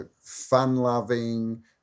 fun-loving